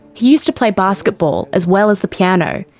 he used to play basketball as well as the piano.